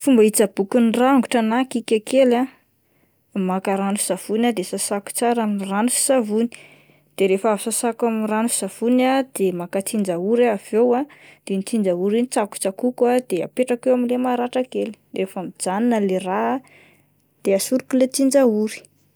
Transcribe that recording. Fomba hitsaboko ny rangotra na kika kely ah ,maka rano sy savony ah de sasako tsara amin'ny rano sy savony de rehefa avy sasako amin'ny rano sy savony ah, de maka tsinjahory aho avy eo ah de iny tsinjahory iny tsakotsakoko de apetrako eo amin'ilay maratra kely, rehefa mijanona ilay rà de asoriko ilay tsinjahory.